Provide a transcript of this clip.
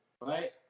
right